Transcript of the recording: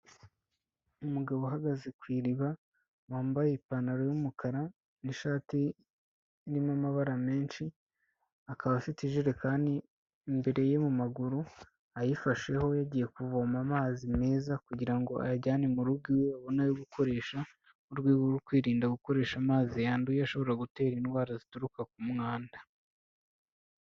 Umugabo uhagaze ku iriba, wambaye ipantaro y'umukara n'ishati irimo amabara menshi, akaba afite ijerekani imbere ye mu maguru, ayifasheho yagiye kuvoma amazi meza kugira ngo ayajyane mu rugo iwe babona ayo gukoresha, mu rwego rwo kwirinda gukoresha amazi yanduye, ashobora gutera indwara zituruka ku mwanda.